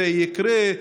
שזה יקרה,